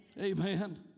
amen